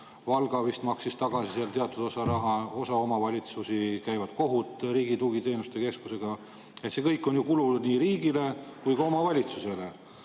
Valga vist maksis tagasi teatud osa rahast, osa omavalitsusi aga käib Riigi Tugiteenuste Keskusega kohut. See kõik on ju kulu nii riigile kui ka omavalitsusele.